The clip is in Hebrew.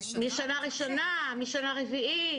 משנה ראשונה, משנה רביעית?